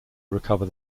recover